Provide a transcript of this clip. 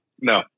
No